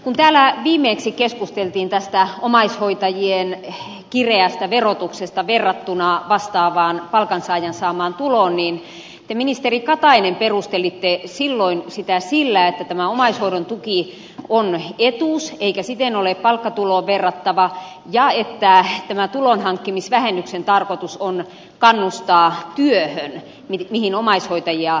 kun täällä viimeksi keskusteltiin tästä omaishoitajien kireästä verotuksesta verrattuna vastaavaan palkansaajan saamaan tuloon te ministeri katainen perustelitte silloin sitä sillä että tämä omaishoidon tuki on etuus eikä siten ole palkkatuloon verrattava ja että tämän tulonhankkimisvähennyksen tarkoitus on kannustaa tie mikä mihin omaishoitajia